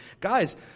Guys